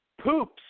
poops